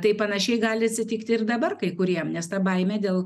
tai panašiai gali atsitikti ir dabar kai kuriem nes ta baimė dėl